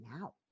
now